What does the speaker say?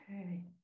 Okay